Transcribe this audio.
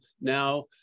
Now